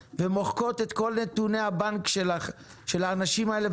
ומוחקות את כל נתוני הבנק של האנשים האלה,